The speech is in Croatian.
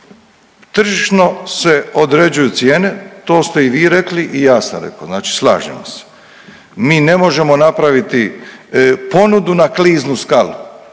Tržišno se određuju cijene, to ste i vi rekli i ja sam rekao, znači slažemo se. Mi ne možemo napraviti ponudu na kliznu skalu.